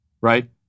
right